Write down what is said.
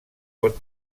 pot